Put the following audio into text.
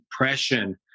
depression